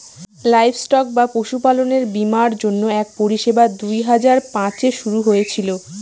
livestock বা পশুপালনের বীমার জন্য এক পরিষেবা দুই হাজার পাঁচে শুরু হয়েছিল